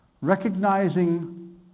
recognizing